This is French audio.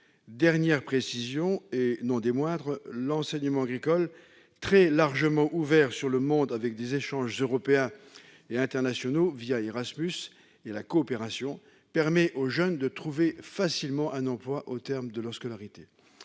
Dernière précision, et non des moindres, l'enseignement agricole, très largement ouvert sur le monde, avec des échanges européens et internationaux Erasmus et la coopération, permet aux jeunes de trouver facilement un emploi au terme de leur scolarité.